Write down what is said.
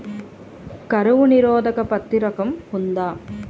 కరువు నిరోధక పత్తి రకం ఉందా?